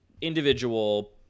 individual